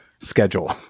Schedule